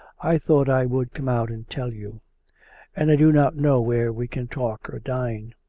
i thought i would come out and tell you and i do not know where we can talk or dine.